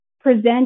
present